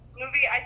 movie